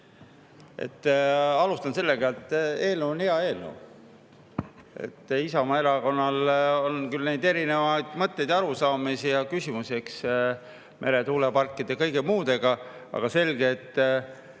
Alustan sellega, et eelnõu on hea eelnõu. Isamaa Erakonnal on küll erinevaid mõtteid ja arusaamisi ja küsimusi meretuuleparkide ja kõige muude kohta, aga selge, et